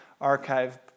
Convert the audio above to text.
archive